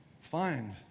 Find